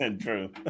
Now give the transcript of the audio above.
True